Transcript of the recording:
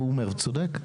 הוא צודק.